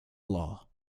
law